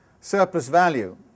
surplus-value